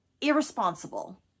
Irresponsible